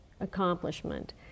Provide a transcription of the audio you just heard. accomplishment